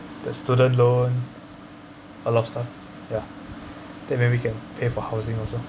the student loan a lot of stuff ya then maybe can pay for housing also